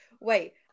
wait